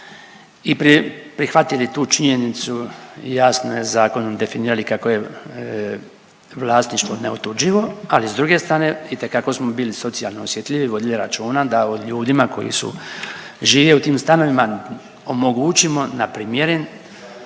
i prihvatili tu činjenicu, jasno je zakonom definirali kako je vlasništvo neotuđivo, ali s druge strane itekako smo bili socijalno osjetljivi, vodili računa da o ljudima koji žive u tim stanovima omogućimo na primjeren